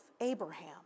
Abraham